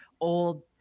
old